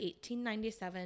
1897